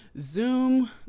Zoom